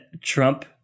Trump